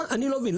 אני לא מבין.